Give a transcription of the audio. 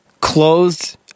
closed